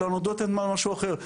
אלא נועדות למשהו אחר,